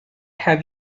have